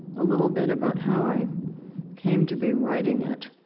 a little bit about how i came to be writing it.